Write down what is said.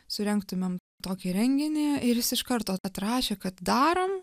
surengtumėm tokį renginį ir jis iš karto atrašė kad darom